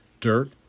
dirt